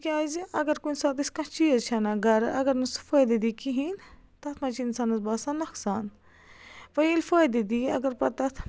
تِکیٛازِ اَگر کُنہِ ساتہٕ أسۍ کانٛہہ چیٖز چھِ اَنان گَرٕ اَگر نہٕ سُہ فٲیدٕ دی کِہیٖنۍ تَتھ منٛز چھِ اِنسانَس باسان نۄقصان وۄنۍ ییٚلہِ فٲیدٕ دِی اَگر پَتہٕ تَتھ